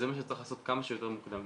וזה מה שצריך לעשות כמה שיותר מוקדם,